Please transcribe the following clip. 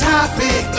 Topic